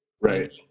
Right